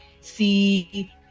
see